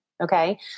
Okay